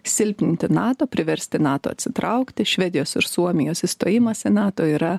silpninti nato priversti nato atsitraukti švedijos ir suomijos įstojimas į nato yra